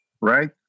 right